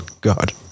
god